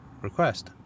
request